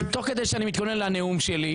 תוך כדי שאני מתכונן לנאום שלי,